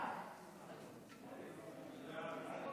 ההצעה להעביר את הנושא